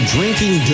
Drinking